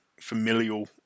familial